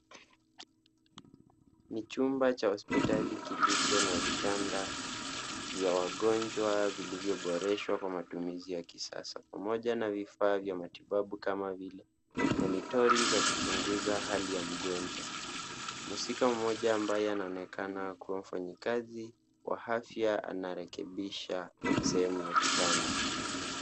NI chumba cha hospitali kilicho na vitanda vya wagonjwa vilivyoboreshwa kwa matumizi ya kisasa pamoja na vifaa vya matibabu kama vile monitori za kuchunguza hali ya mgonjwa. Mhusika mmoja ambaye anaonekana kuwa wafanyakazi wa afya anarekebisha sehemu ya kitanda.